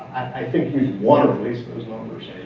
i think you'd want to release those numbers.